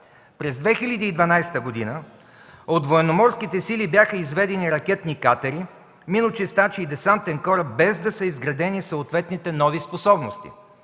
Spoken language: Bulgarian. През 2012 г. от военноморските сили бяха изведени ракетни катери, миночистачи и десантен кораб, без да са изградени съответните нови способности.